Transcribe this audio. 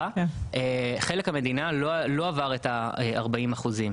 חלק המדינה לא עבר את ה-40 אחוזים.